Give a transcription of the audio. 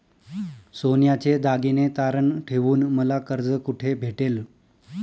सोन्याचे दागिने तारण ठेवून मला कर्ज कुठे भेटेल?